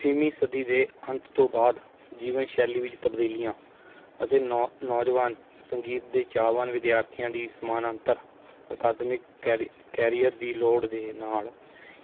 ਵੀਹਵੀਂ ਸਦੀ ਦੇ ਅੰਤ ਤੋਂ ਬਾਅਦ ਜੀਵਨ ਸ਼ੈਲੀ ਵਿੱਚ ਤਬਦੀਲੀਆਂ ਅਤੇ ਨੌ ਨੌਜਵਾਨ ਸੰਗੀਤ ਦੇ ਚਾਹਵਾਨ ਵਿਦਿਆਰਥੀਆਂ ਦੀ ਸਮਾਨਾਂਤਰ ਅਕਾਦਮਿਕ ਕੈਰ ਕੈਰੀਅਰ ਦੀ ਲੋੜ ਦੇ ਨਾਲ਼